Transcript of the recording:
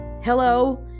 hello